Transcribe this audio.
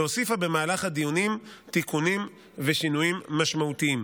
והוסיפה במהלך הדיונים תיקונים ושינויים משמעותיים.